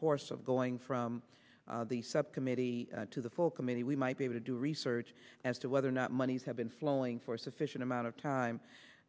course of going from the subcommittee to the full committee we might be able to do research as to whether or not monies have been flowing for sufficient amount of time